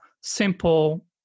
simple